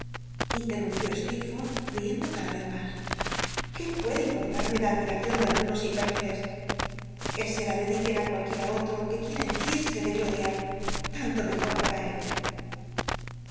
interrumpió slccrforth riendo cada wz mas qué puede importarme la admiracion de algunos imbéciles que se la dediquen á cualquiera otro que quiera henchirse cipo gloria tanto mejor para él